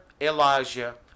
Elijah